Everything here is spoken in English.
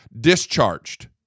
discharged